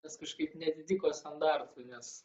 nes kažkaip neatitiko standartų nes